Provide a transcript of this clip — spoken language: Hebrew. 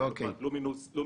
כמו חברת לומניס,